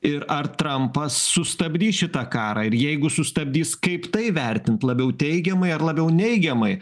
ir ar trampas sustabdys šitą karą ir jeigu sustabdys kaip tai vertint labiau teigiamai ar labiau neigiamai